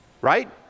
right